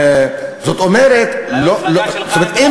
זאת אומרת, אם,